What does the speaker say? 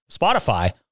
Spotify